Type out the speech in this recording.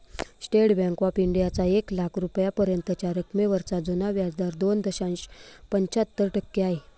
state bank of इंडियाचा एक लाख रुपयांपर्यंतच्या रकमेवरचा जुना व्याजदर दोन दशांश पंच्याहत्तर टक्के आहे